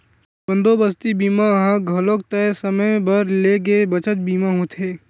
बंदोबस्ती बीमा ह घलोक तय समे बर ले गे बचत बीमा होथे